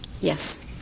Yes